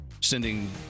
sending